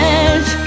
edge